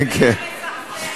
אל תסבך אותי.